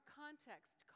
context